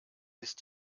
ist